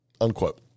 unquote